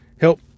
help